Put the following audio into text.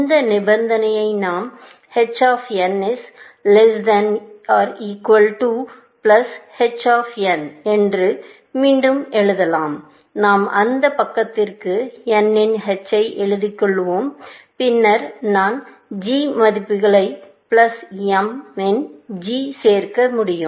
இந்த நிபந்தனையை நாம் h of n is less than equal to plus h of n என்று மீண்டும் எழுதலாம் நான் அந்த பக்கத்திற்கு n இன் h ஐ எடுத்துக்கொள்வேன் பின்னர் நான் g மதிப்புகளை பிளஸ் m இன் g சேர்க்க முடியும்